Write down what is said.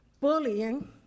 bullying